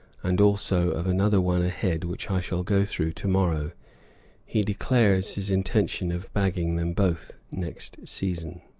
and also of another one ahead which i shall go through to-morrow he declares his intention of bagging them both next season.